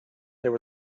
there